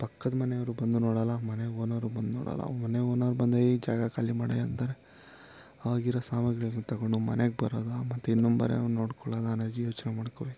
ಪಕ್ಕದ ಮನೆಯವರೂ ಬಂದು ನೋಡಲ್ಲ ಮನೆ ಓನರೂ ಬಂದು ನೋಡಲ್ಲ ಮನೆ ಓನರ್ ಬಂದು ಏ ಜಾಗ ಖಾಲಿ ಮಾಡಯ್ಯ ಅಂತಾರೆ ಹಾಗಿರೋ ಸಾಮಗ್ರಿಗಳು ತಗೊಂಡು ಮನೆಗೆ ಬರೋದಾ ಮತ್ತೆ ಇನ್ನೊಂದು ಮನೆ ನೋಡ್ಕೊಳ್ಳೋದಾ ಅನ್ನೋದು ಯೋಚನೆ ಮಾಡ್ಕೋಬೇಕು